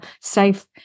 safe